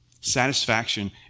Satisfaction